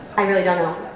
i really don't know.